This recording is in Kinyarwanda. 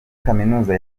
kaminuza